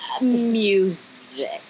Music